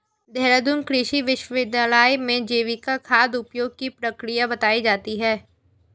देहरादून कृषि विश्वविद्यालय में जैविक खाद उपयोग की प्रक्रिया बताई जाती है